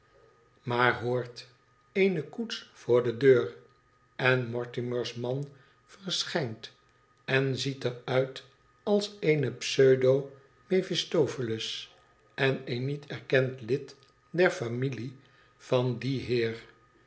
maar hoort eene koets voor de deur en mortimer's man verschijnt en ziet er uit als eene pseudo mephistopheles en een niet erkend lid der milie van dien heer